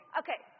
okay